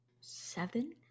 Seven